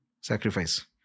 sacrifice